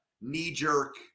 knee-jerk